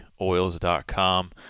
oils.com